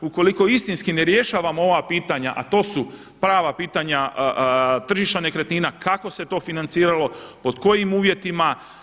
Ukoliko istinski ne rješavamo ova pitanja, a to su prava pitanja tržišta nekretnina kako se to financiralo, pod kojim uvjetima.